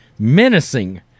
Menacing